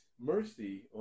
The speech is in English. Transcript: Mercy